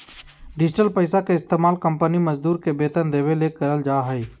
digital पैसा के इस्तमाल कंपनी मजदूर के वेतन देबे ले करल जा हइ